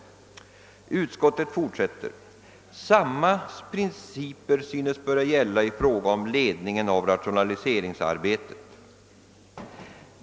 Samma principer synes böra gälla i fråga om ledningen av rationaliseringsarbetet.